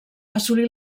assolí